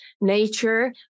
nature